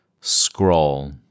scroll